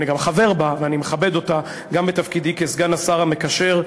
אני גם חבר בה ואני מכבד אותה גם בתפקידי כסגן השר המקשר.